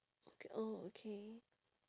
okay oh okay